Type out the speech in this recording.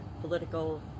political